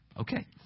Okay